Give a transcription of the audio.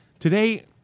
Today